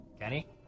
Kenny